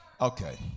Okay